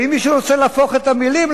ואם מישהו רוצה להפוך את המלים,